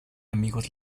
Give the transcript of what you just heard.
amigos